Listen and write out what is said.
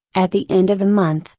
at the end of a month,